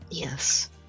Yes